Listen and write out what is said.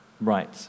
right